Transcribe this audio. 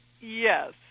Yes